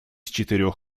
четырех